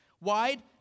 wide